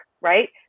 right